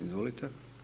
Izvolite.